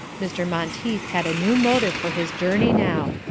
mr. monteith had a new motive for his journey now.